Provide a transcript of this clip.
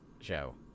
show